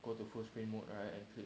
go to full screen mode and click